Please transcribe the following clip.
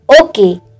Okay